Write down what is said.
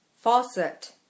Faucet